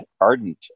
ardent